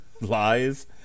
lies